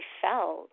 felt